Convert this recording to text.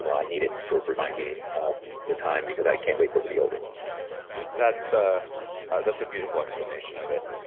you know i need it to remind me of the time because i can't wait for it to be over that's ah that's a beautiful explanation of it.